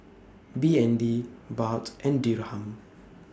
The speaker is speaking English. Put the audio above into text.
B N D Baht and Dirham